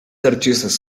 artistas